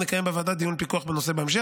נקיים בוועדה דיון פיקוח בנושא בהמשך,